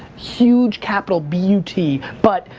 huge capital b u t, but,